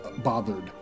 bothered